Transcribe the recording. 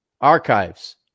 Archives